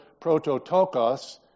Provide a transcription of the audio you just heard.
prototokos